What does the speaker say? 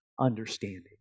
understanding